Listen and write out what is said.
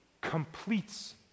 completes